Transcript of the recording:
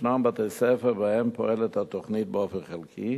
ישנם בתי-ספר שבהם פועלת התוכנית באופן חלקי,